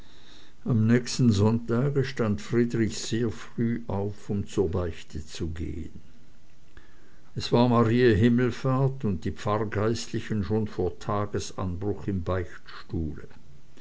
am nächsten sonntage stand friedrich sehr früh auf um zur beichte zu gehen es war mariä himmelfahrt und die pfarrgeistlichen schon vor tagesanbruch im beichtstuhle